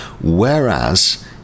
Whereas